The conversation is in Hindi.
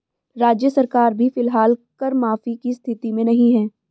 राज्य सरकार भी फिलहाल कर माफी की स्थिति में नहीं है